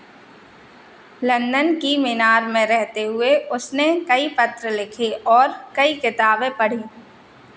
London की मीनार में रहते हुए उसने कई पत्र लिखे और कई किताबें पढ़ीं